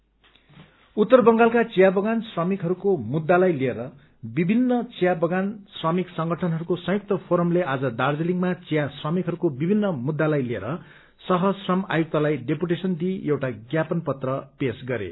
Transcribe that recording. joint forum उत्तर बंगालका चिया बगान श्रमिकहरूको मुद्धालाई लिएर विभिन्न चिया बगान श्रमिक संगठनहरूको संयुक्त फोरमले आज दार्जीलिङमा चिया श्रमिकहरूको विभिन्न मुद्धालाई लिएर सह श्रम आयुक्तलाई डेपुटेशन दिई एउटा ज्ञापन पत्र पेश गरे